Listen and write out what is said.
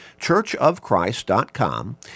churchofchrist.com